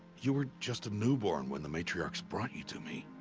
you were. just a newborn when the matriarchs brought you to me.